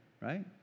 right